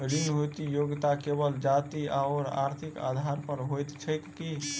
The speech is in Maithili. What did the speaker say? ऋण हेतु योग्यता केवल जाति आओर आर्थिक आधार पर होइत छैक की?